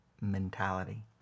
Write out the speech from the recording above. mentality